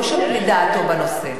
לא שומעים את דעתו בנושא.